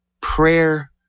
Prayer